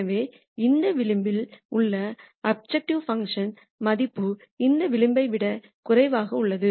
எனவே இந்த விளிம்பில் உள்ள அப்ஜெக்டிவ் பங்க்ஷன் மதிப்பு இந்த விளிம்பை விட குறைவாக உள்ளது